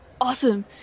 Awesome